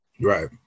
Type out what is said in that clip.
Right